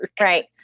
Right